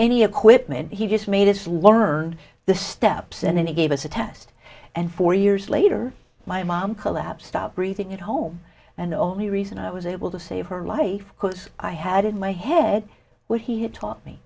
any equipment he just made us learn the steps and he gave us a test and four years later my mom collapsed stopped breathing at home and the only reason i was able to save her life because i had in my head what he had taught me